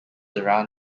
around